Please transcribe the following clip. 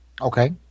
Okay